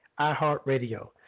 iHeartRadio